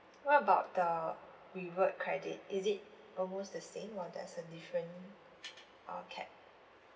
what about the reward credit is it almost the same or there's a different uh cap